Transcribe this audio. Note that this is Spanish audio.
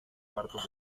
cuartos